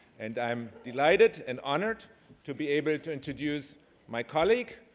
and i'm delighted and honored to be able to introduce my colleague,